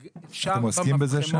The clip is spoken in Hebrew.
אפשר --- אתם עוסקים בזה שם?